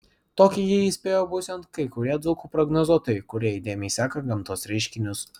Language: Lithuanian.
tokį jį įspėjo būsiant kai kurie dzūkų prognozuotojai kurie įdėmiai seka gamtos reiškinius